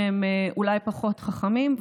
שהם אולי פחות חכמים.